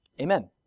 Amen